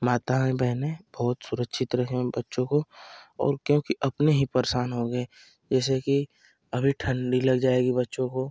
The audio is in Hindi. माताएँ बहनें बहुत सुरक्षित रहें बच्चों को और क्योंकि अपने ही परेशान होंगे जैसे कि अभी ठंडी लग जाएगी बच्चों को